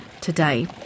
today